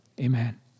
Amen